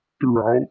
throughout